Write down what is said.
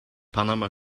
panama